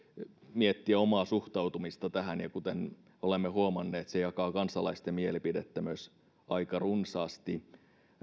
miettiä omaa suhtautumista tähän ja kuten olemme huomanneet se jakaa kansalaisten mielipidettä myös aika runsaasti